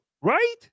Right